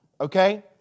Okay